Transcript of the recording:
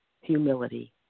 humility